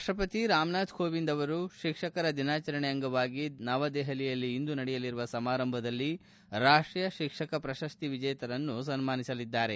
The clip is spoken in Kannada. ರಾಪ್ಟಸತಿ ರಾಮನಾಥ್ ಕೋವಿಂದ್ ಅವರು ಶಿಕ್ಷಕರ ದಿನಾಚರಣೆ ಅಂಗವಾಗಿ ನವದೆಹಲಿಯಲ್ಲಿ ಇಂದು ನಡೆಯಲಿರುವ ಸಮಾರಂಭದಲ್ಲಿ ರಾಷ್ಟೀಯ ಶಿಕ್ಷಕ ಪ್ರಶಸ್ತಿ ವಿಜೇತರಿಗೆ ಸನ್ಮಾನಿಸಲಿದ್ದಾರೆ